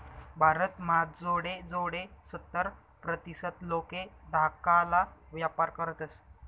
भारत म्हा जोडे जोडे सत्तर प्रतीसत लोके धाकाला व्यापार करतस